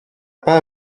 pas